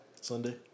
Sunday